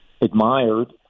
admired